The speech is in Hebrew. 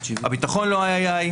הביטחון לא משהו,